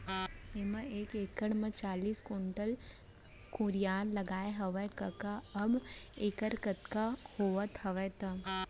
मेंहा एक एकड़ म चालीस कोंटल कुसियार लगाए हवव कका अब देखर कतका होवत हवय ते